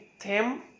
Tim